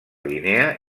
guinea